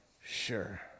sure